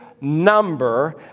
number